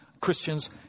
Christians